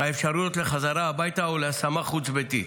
האפשרות לחזרה הביתה או להשמה חוץ ביתית.